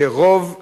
שרוב המים,